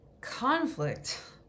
Conflict